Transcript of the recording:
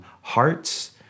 hearts